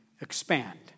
expand